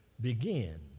begin